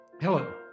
Hello